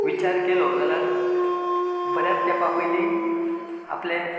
विचार केलो जाल्यार बऱ्यांच तेंपा पयली आपलें